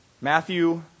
Matthew